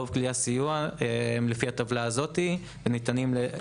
רוב כלי הסיוע הם לפי הטבלה הזו;